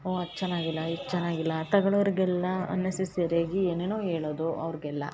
ಓ ಅದು ಚೆನ್ನಾಗಿಲ್ಲ ಇದು ಚೆನ್ನಾಗಿಲ್ಲ ತಗಳ್ಳೋರ್ಗೆಲ್ಲ ಅನ್ನೆಸಸರಿಯಾಗಿ ಏನೇನೋ ಹೇಳೋದು ಅವ್ರ್ಗೆಲ್ಲ